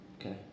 okay